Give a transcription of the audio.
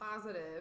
positive